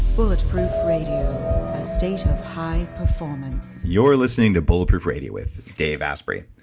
bulletproof radio, a state of high performance you're listening to bulletproof radio with dave asprey.